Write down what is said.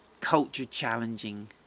culture-challenging